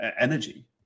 energy